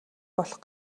болох